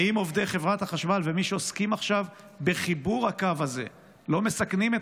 האם עובדי חברת החשמל ומי שעוסקים עכשיו בחיבור הקו הזה לא מסכנים את